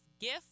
gift